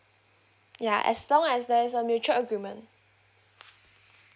ya as long as there's a mutual agreement